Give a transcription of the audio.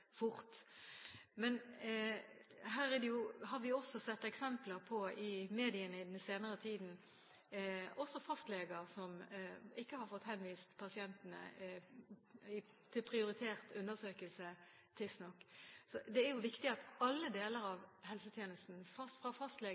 fort. Her har vi også sett eksempler i media den senere tid på fastleger som ikke har fått henvist pasientene til prioritert undersøkelse tidsnok. Det er viktig at alle deler av helsetjenesten, fra